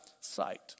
sight